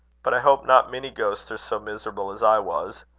but i hope not many ghosts are so miserable as i was.